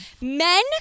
men